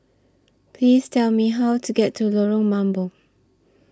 Please Tell Me How to get to Lorong Mambong